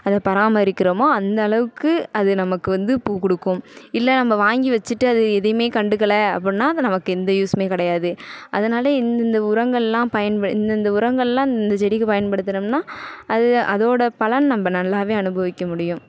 அதை பராமரிக்கிறோமோ அந்த அளவுக்கு அது நமக்கு வந்து பூ கொடுக்கும் இல்லை நம்ப வாங்கி வச்சுட்டு அது எதையுமே கண்டுக்கலை அப்புடின்னா அது நமக்கு எந்த யூஸுமே கிடையாது அதனால இந்தந்த உரங்களெலாம் பயன் இந்தந்த உரங்களெலாம் இந்தந்த செடிக்கு பயன்படுத்துனோம்னால் அது அதோடய பலன் நம்ப நல்லாவே அனுபவிக்க முடியும்